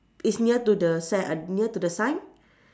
is near to the cen~ uh near to the sign